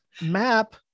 map